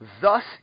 thus